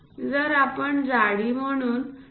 जर आपण जाडी म्हणून 2